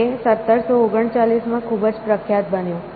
તે 1739 માં ખૂબ જ પ્રખ્યાત બન્યું